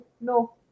No